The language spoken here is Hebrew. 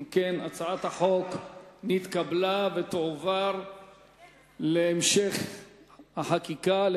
ההצעה להעביר את הצעת חוק ביטוח בריאות ממלכתי (תיקון,